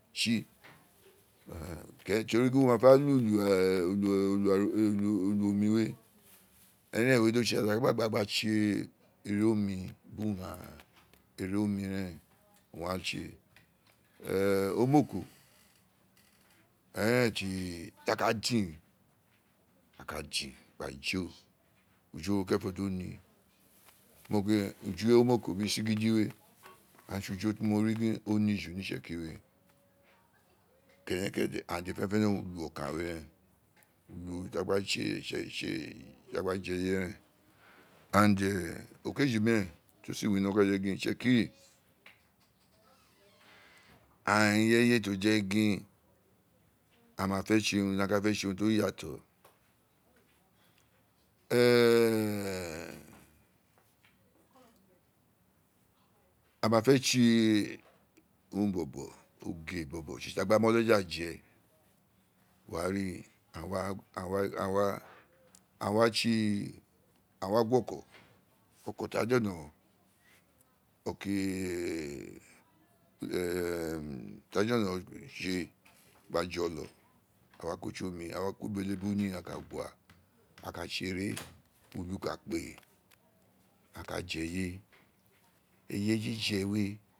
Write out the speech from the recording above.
to ri gín wo ma fé lú úlù ulu omí we érèn we dí o tse a gba gbáà tse irí ọmi bírì urun gháàn rén te rí omí réèn owun agháaà tse omòkò érén tí a ka dín a ka dín gba jóò ujo ro kérèn fọ tí ó ní mo ro gin ujo omoko bìrǐ tsígídí we agháàn owun re tse ujo tí mo rí gín ó ní jú ní itsekírì wéè kẹni kẹ́dẹ̀ agháàn dédè fẹ́nẹ́fẹ́nẹ́ ulu nọkah we rẹ́n ulu tí a gba tse ulu tí a gba jẹ́ ẹye réèn okeji mi rẹ́n tío si winọ́rọ́n o ka jẹgin itsekírí agháàn irẹye tǐ ojẹ gin a ma fẹ tse urun dí agháàn fé kpe tse urun tí o ya áà to éè a ma fẹ́ tse uruh bọ̀bọ̀ oge bọ̀bọ̀ tsi tsi ka ka mó rí gín okjà je wó wár aghnáàn wa tse gba gi wa ọ̀kọ̀ ọ̀kọ̀ tǐ a jòlò tse gba jọlọ áà wa ko tsi omí. áà wa ko ebelebu ní a ka gi wa a ka tse éré ulu ka kpéè a ka je eye eye jijẹ we